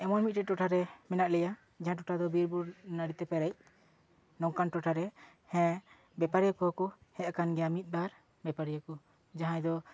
ᱮᱢᱚᱱ ᱢᱤᱫᱴᱮᱱ ᱴᱚᱴᱷᱟ ᱨᱮ ᱢᱮᱱᱟᱜ ᱞᱮᱭᱟ ᱡᱟᱦᱟᱸ ᱴᱚᱴᱷᱟ ᱫᱚ ᱵᱤᱨ ᱵᱩᱨᱩ ᱱᱟᱹᱲᱤ ᱛᱮ ᱯᱮᱨᱮᱡ ᱱᱚᱝᱠᱟᱱ ᱴᱚᱴᱷᱟ ᱨᱮ ᱦᱮᱸ ᱵᱮᱯᱟᱨᱤᱭᱟᱹ ᱠᱚᱦᱚᱸ ᱠᱚ ᱦᱮᱡ ᱟᱠᱟᱱ ᱜᱮᱭᱟ ᱢᱤᱫ ᱵᱟᱨ ᱵᱮᱯᱟᱨᱤᱭᱟᱹ ᱠᱚ ᱡᱟᱦᱟᱸᱭ ᱫᱚ